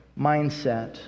mindset